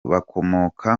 bakomoka